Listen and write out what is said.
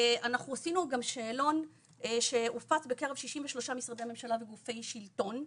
אנחנו עשינו גם שאלון שהופץ בקרב 63 משרדי ממשלה וגופי שלטון,